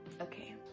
Okay